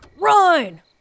Run